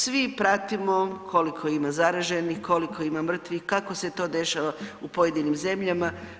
Svi pratimo koliko ima zaraženih, koliko ima mrtvih, kako se to dešava u pojedinim zemljama.